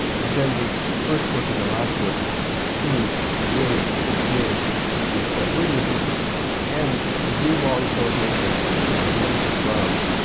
and then the first work and the last work are two really big pieces that we're using to end a year-long celebration of the music of brahms.